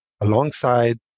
alongside